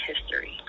history